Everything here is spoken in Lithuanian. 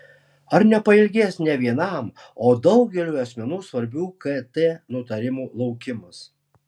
ar nepailgės ne vienam o daugeliui asmenų svarbių kt nutarimų laukimas